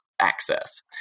access